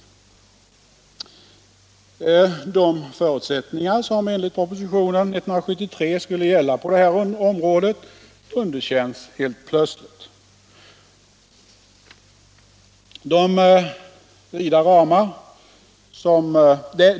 De förutsättningar som enligt propositionen 1973 skulle gälla på det här området underkänns helt plötsligt.